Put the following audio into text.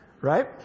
right